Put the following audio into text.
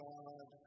God